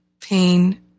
pain